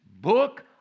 book